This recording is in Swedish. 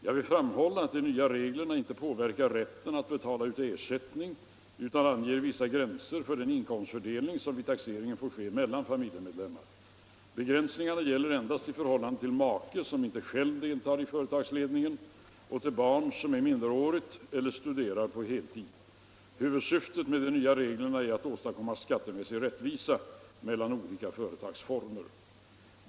Jag vill framhålla att de nya reglerna inte påverkar rätten att betala ut ersättning utan anger vissa gränser för den inkomstfördelning som vid taxeringen får ske mellan familjemedlemmar. Begränsningarna gäller endast i förhållande till make som inte själv deltar i företagsledningen och till barn som är minderårigt eller studerar på heltid. Huvudsyftet med de nya reglerna är att åstadkomma skattemässig rättvisa mellan olika företagsformer.